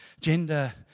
gender